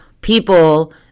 people